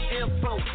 info